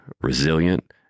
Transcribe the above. resilient